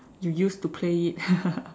you used to play it